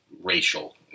racial